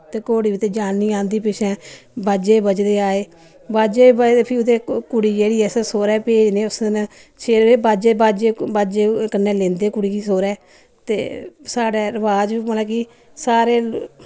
ते घोड़ी बी ते जान्नी औंदी पिच्छें बाजे बजदे आए बाजे बज फ्ही उ'दे कुड़ी जेह्ड़ी अस सौह्रै भेजने उसदिन बाजे बाजे बाजे कन्नै लैंदे कुड़ी गी सौह्रै ते साढ़ै रवाज बी मतलब कि सारे